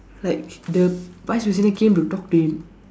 like the vice president came and talk to him